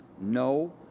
no